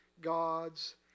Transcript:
God's